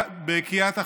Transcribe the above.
בקיעת החומות,